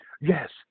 Yes